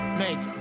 make